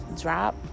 drop